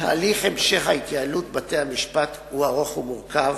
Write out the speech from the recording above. תהליך המשך התייעלות בתי-המשפט הוא ארוך ומורכב,